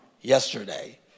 yesterday